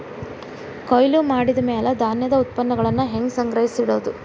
ಕೊಯ್ಲು ಮಾಡಿದ ಮ್ಯಾಲೆ ಧಾನ್ಯದ ಉತ್ಪನ್ನಗಳನ್ನ ಹ್ಯಾಂಗ್ ಸಂಗ್ರಹಿಸಿಡೋದು?